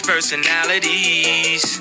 Personalities